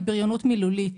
היא בריונות מילולית.